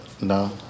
No